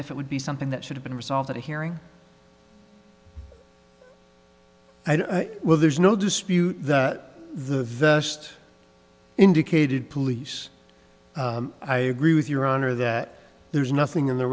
if it would be something that should have been resolved at a hearing well there's no dispute the just indicated police i agree with your honor that there's nothing in the